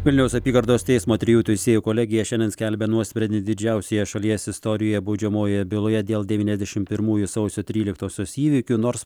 vilniaus apygardos teismo trijų teisėjų kolegija šiandien skelbia nuosprendį didžiausioje šalies istorijoje baudžiamojoje byloje dėl devyniasdešim pirmųjų sausio tryliktosios įvykių nors